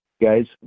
Guys